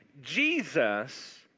Jesus